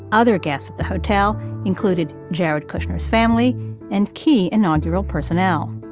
other guests at the hotel included jared kushner's family and key inaugural personnel